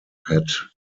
had